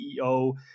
ceo